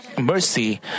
mercy